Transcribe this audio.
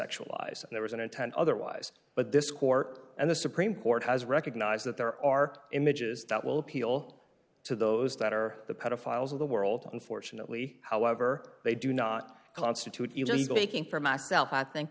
sexualize and there was an intent otherwise but this court and the supreme court has recognized that there are images that will appeal to those that are the pedophiles of the world unfortunately however they do not constitute making for myself i think